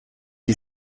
die